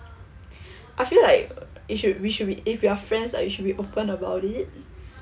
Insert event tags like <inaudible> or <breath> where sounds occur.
<breath> I feel like uh we should we should if we're friends like we should be open about this <breath>